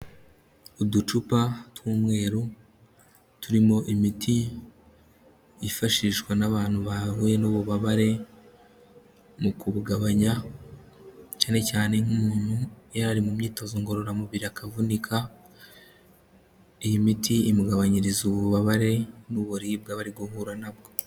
Uducupa tw'umweru turimo imiti yifashishwa n'abantu bahahuye n'ububabare mu kubugabanya, cyane cyane nk'umuntu yari ari mu myitozo ngororamubiri akavunika, iyi miti imugabanyiriza ububabare n'uburibwe aba ari guhura na bwo.